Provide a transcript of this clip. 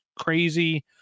crazy